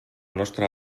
nostra